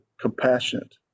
compassionate